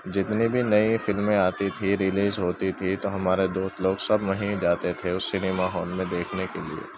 جتنی بھی نئی فلمیں آتی تھیں ریلیز ہوتی تھیں تو ہمارے دوست لوگ سب وہیں جاتے تھے اس سنیما ہال میں دیکھنے کے لیے